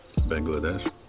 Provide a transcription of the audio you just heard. Bangladesh